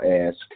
ask